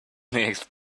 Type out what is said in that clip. linux